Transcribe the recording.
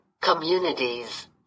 communities